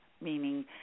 Meaning